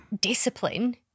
discipline